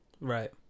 right